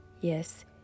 yes